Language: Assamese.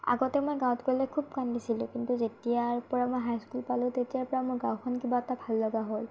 আগতে মই গাঁৱত গ'লে খুব কান্দিছিলো কিন্তু যেতিয়াৰ পৰা মই হাইস্কুল পালোঁ তেতিয়াৰ পৰা মোৰ গাঁওখন কিবা এটা ভাল লগা হ'ল